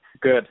Good